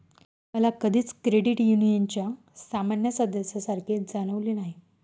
मला कधीच क्रेडिट युनियनच्या सामान्य सदस्यासारखे जाणवले नाही